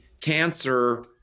cancer